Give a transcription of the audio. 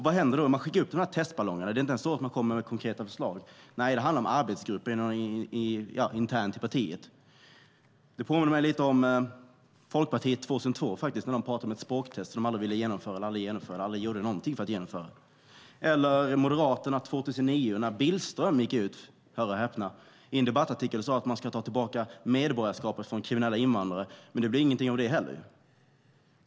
Vad händer då när man skickar upp dessa testballonger? Det är inte ens så att man kommer med konkreta förslag. Nej, det handlar om arbetsgrupper internt i partiet. Det påminner mig om när Folkpartiet 2002 pratade om ett språktest som de aldrig ville genomföra, aldrig genomförde och aldrig gjorde någonting för att genomföra. Ett annat exempel är Moderaterna 2009, när Billström gick ut i en debattartikel och - hör och häpna - skrev att man ska ta tillbaka medborgarskapet från kriminella invandrare. Men det blev ingenting av det heller.